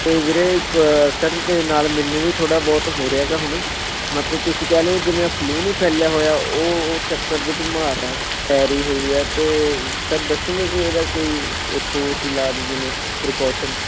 ਅਤੇ ਵੀਰੇ ਇੱਕ ਸਰ ਉਹ ਦੇ ਨਾਲ਼ ਮੈਨੂੰ ਵੀ ਥੋੜ੍ਹਾ ਬਹੁਤ ਹੋ ਰਿਹਾ ਗਾ ਹੁਣ ਮਤਲਬ ਤੁਸੀਂ ਕਹਿ ਲਓ ਆਹ ਫਲੂ ਨਹੀਂ ਫੈਲਿਆ ਹੋਇਆ ਓ ਓ ਚੱਕਰ 'ਚ ਬਿਮਾਰ ਆ ਹੋਈ ਹੈ ਅਤੇ ਸਰ ਦੱਸੁੰਗੇ ਕਿ ਇਹਦਾ ਕੋਈ ਠੋਸ ਇਲਾਜ ਜਿਵੇਂ ਪ੍ਰੀਕੋਸ਼ਨ